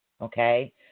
okay